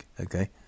okay